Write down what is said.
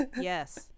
yes